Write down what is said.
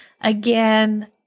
Again